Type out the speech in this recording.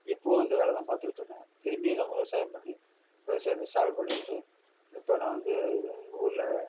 இப்போதும் இந்த வேலை தான் பாத்துகிட்ருக்கேன் திரும்பி நான் விவசாயம் பண்ணி விவசாயத்தை சால்வ் பண்ணிவிட்டு இப்போ நான் வந்து ஊரில்